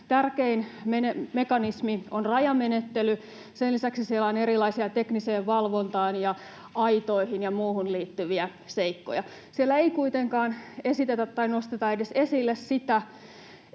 tärkein mekanismi on rajamenettely. Sen lisäksi siellä on erilaisia tekniseen valvontaan ja aitoihin ja muuhun liittyviä seikkoja. Siellä ei kuitenkaan esitetä tai edes nosteta esille sitä,